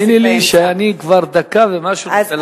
האמיני לי שכבר נתתי לך דקה ומשהו מעבר לזמן.